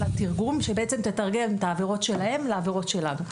טבלת תרגום שבעצם תתרגם את העבירות שלהם לעבירות שלנו.